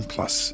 Plus